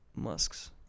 musks